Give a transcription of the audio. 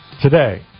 Today